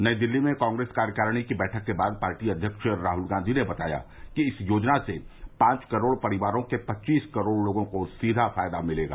नई दिल्ली में कांग्रेस कार्यकारिणी की बैठक के बाद पार्टी अध्यक्ष राहुल गांधी ने बताया कि इस योजना से पांच करोड़ परिवारों के पच्चीस करोड़ लोगों को सीधा फायदा मिलेगा